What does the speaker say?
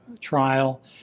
trial